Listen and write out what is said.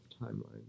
timeline